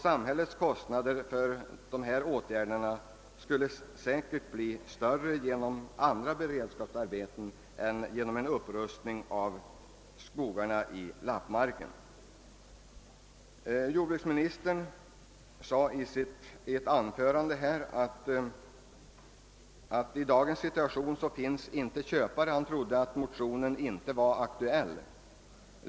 Samhällets kostnader för dessa åtgärder skulle säkert komma att bli högre genom andra beredskapsarbeten än genom en upprustning av skogarna i lappmarken. Jordbruksministern sade i ett anförande här att det i dagens situation inte finns köpare till skogen.